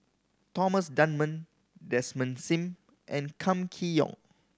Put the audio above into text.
Thomas Dunman Desmond Sim and Kam Kee Yong